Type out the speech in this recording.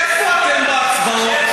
איפה אתם בהצבעות?